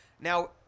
now